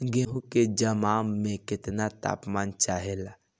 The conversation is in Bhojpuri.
गेहू की जमाव में केतना तापमान चाहेला?